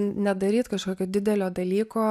nedaryt kažkokio didelio dalyko